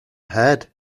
head